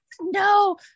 no